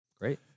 Great